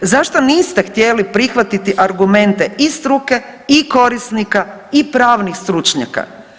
Zašto niste htjeli prihvatiti argumente i struke i korisnika i pravnih stručnjaka?